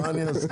מה אני אעשה.